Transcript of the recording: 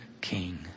king